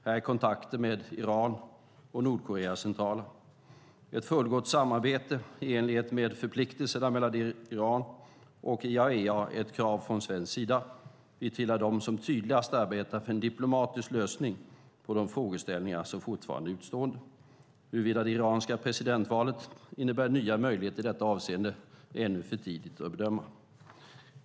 Här är kontakter med Iran och Nordkorea centrala. Ett fullgott samarbete i enlighet med förpliktelser mellan Iran och internationella atomenergiorganet IAEA är ett krav från svensk sida. Vi tillhör dem som tydligast arbetar för en diplomatisk lösning på de frågeställningar som fortfarande är utestående. Huruvida det iranska presidentvalet innebär nya möjligheter i detta avseende är ännu för tidigt att bedöma.